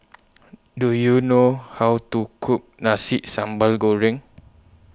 Do YOU know How to Cook Nasi Sambal Goreng